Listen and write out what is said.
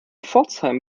pforzheim